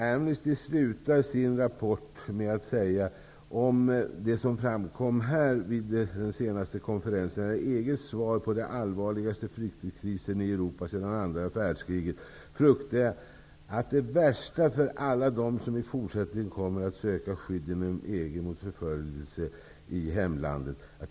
Amnesty slutar sin rapport med att säga om det som framkom vid den senaste konferensen att EG:s svar på den allvarligaste flyktingkrisen i Europa sedan andra världskriget leder till att man kan frukta det värsta för alla som i framtiden kommer att söka skydd inom EG undan förföljelse i hemlandet.